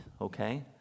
okay